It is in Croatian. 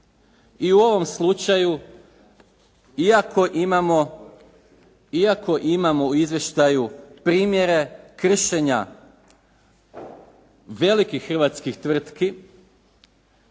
I u ovom slučaju iako imamo u izvještaju primjere kršenja velikih hrvatskih tvrtki